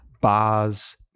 bars